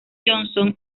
johnson